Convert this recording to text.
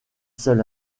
seul